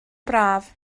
braf